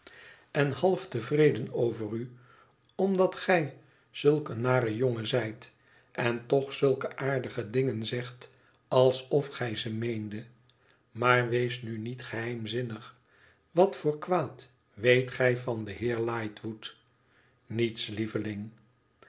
en half tevreden over u omdat gij zulk een nare jongen zijt en toch zulke aardige dingen zegt alsof gij ze meendet maar wees nu niet geheimzinnig wat voor kwaad weet gij van den heer lightwood t niets lieveling